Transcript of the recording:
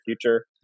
future